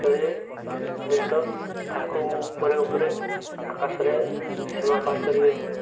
ଯଦି ବ୍ୟାଟର୍ ତାହାକୁ ଉପରେ ଉପରେ ଆକାଶରେ ସୀମା ପାର୍ କରିବେ